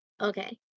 Okay